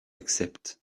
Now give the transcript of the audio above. accepte